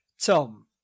Tom